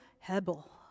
Hebel